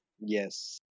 Yes